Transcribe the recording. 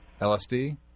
lsd